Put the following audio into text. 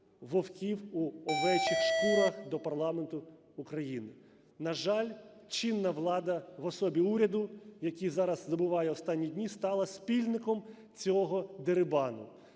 вовків у овечих шкурах до парламенту України. На жаль, чинна влада в особі уряду, який зараз добуває останні дні, стала спільником цього дерибану,